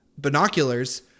Binoculars